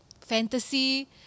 fantasy